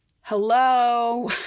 hello